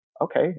okay